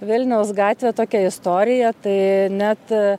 vilniaus gatvė tokia istorija tai net